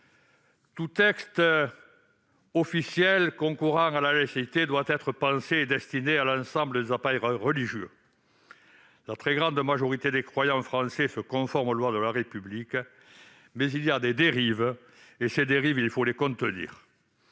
Tout texte officiel concourant à la laïcité doit être pensé et destiné à l'ensemble des appareils religieux. La très grande majorité des croyants français se conforment aux lois de la République, mais il y a des dérives, et ces dérives il faut les contenir.